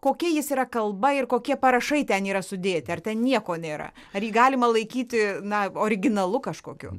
kokia jis yra kalba ir kokie parašai ten yra sudėti ar ten nieko nėra ar jį galima laikyti na originalu kažkokiu